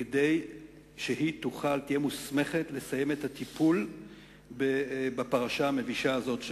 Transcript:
כדי שהיא תהיה מוסמכת לסיים את הטיפול בפרשה המבישה הזאת,